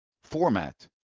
format